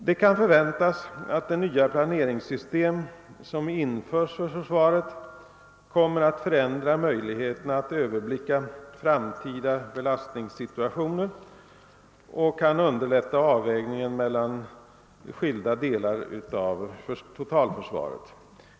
Det kan förväntas att det nya planeringssystem som införes för försvaret kommer att förändra möjligheterna att överblicka framtida beslutssituationer och underlätta avvägningen mellan skilda delar av vårt totalförsvar.